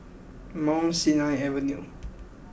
Mount Sinai Avenue